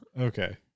Okay